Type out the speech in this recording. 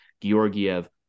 georgiev